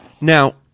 Now